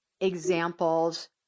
examples